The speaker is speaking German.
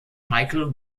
michael